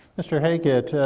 mister haggit,